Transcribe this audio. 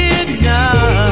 enough